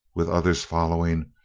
with others following,